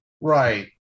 Right